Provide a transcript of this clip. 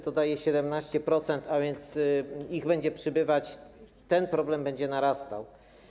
To daje 17%, a więc będzie ich przybywać, ten problem będzie narastał.